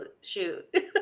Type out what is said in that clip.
shoot